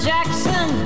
Jackson